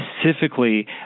specifically